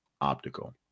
Optical